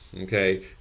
okay